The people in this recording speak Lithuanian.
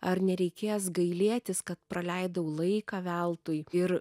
ar nereikės gailėtis kad praleidau laiką veltui ir